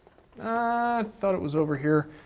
ah thought it was over here.